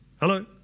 Hello